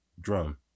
drum